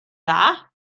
dda